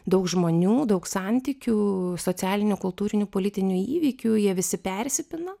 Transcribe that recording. daug žmonių daug santykių socialinių kultūrinių politinių įvykių jie visi persipina